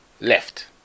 left